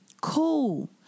Cool